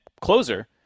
closer